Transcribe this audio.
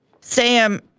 Sam